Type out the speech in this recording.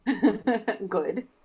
Good